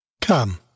Come